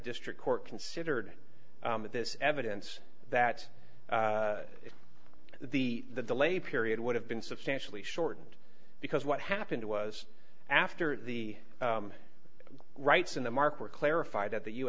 district court considered this evidence that the the delay period would have been substantially shortened because what happened was after the rights in the mark were clarified that the u